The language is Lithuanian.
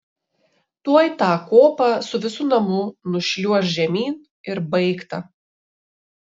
tuoj tą kopą su visu namu nušliuoš žemyn ir baigta